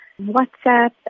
WhatsApp